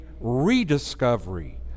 rediscovery